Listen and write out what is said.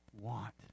want